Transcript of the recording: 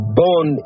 born